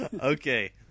okay